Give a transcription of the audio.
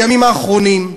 בימים האחרונים,